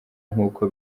nk’uko